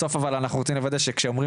בסוף אבל אנחנו רוצים לוודא שכשאומרים